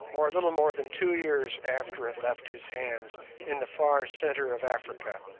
or a little more than two years after it left his hands in the far centre of africa,